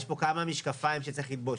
יש פה כמה משקפיים שצריך ללבוש,